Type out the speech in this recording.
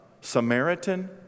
Samaritan